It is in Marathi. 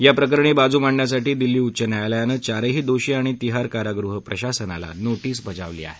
याप्रकरणी बाजू मांडण्यासाठी दिल्ली उच्च न्यायालयानं चारही दोषी आणि तिहार कारागृह प्रशासनाला नोटीस बजावली आहे